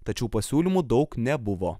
tačiau pasiūlymų daug nebuvo